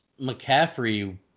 McCaffrey